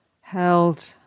held